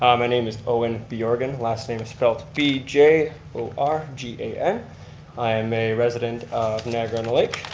um name is owen bjorgan. last name is spelled b j o r g a n. i'm a resident niagara in the lake,